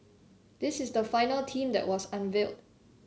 this is the final team that was unveiled